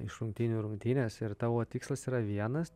iš rungtynių į rungtynes ir tavo tikslas yra vienas